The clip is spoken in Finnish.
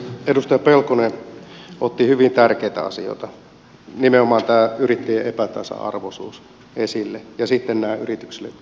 edustaja pelkonen otti hyvin tärkeitä asioita esille nimenomaan tämän yrittäjien epätasa arvoisuuden ja sitten nämä yrityksille tulevat kustannukset